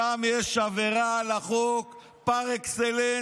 שם יש עבירה על החוק פר אקסלנס,